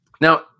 Now